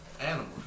animals